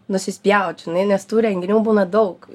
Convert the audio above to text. nusispjaut nes tų renginių būna daug